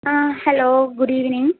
ആ hello good evening